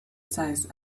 size